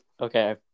okay